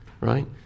right